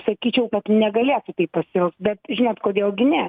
sakyčiau kad negalėtų taip pasielgt bet žinot kodėl gi ne